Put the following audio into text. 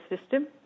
system